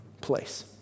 place